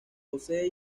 posee